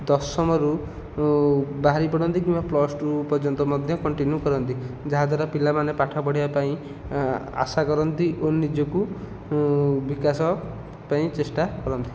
ଦଶମରୁ ବାହାରି ପଡ଼ନ୍ତି କିମ୍ବା ପ୍ଲସ୍ ଟୁ ପର୍ଯ୍ୟନ୍ତ ମଧ୍ୟ କଂଣ୍ଟିନିୟୁ କରନ୍ତି ଯାହାଦ୍ୱାରା ପିଲାମାନେ ପାଠ ପଢ଼ିବାପାଇଁ ଆଶା କରନ୍ତି ଓ ନିଜକୁ ବିକାଶ ପାଇଁ ଚେଷ୍ଟା କରନ୍ତି